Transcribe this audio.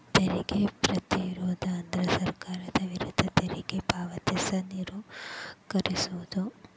ತೆರಿಗೆ ಪ್ರತಿರೋಧ ಅಂದ್ರ ಸರ್ಕಾರದ ವಿರುದ್ಧ ತೆರಿಗೆ ಪಾವತಿಸಕ ನಿರಾಕರಿಸೊದ್